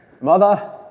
Mother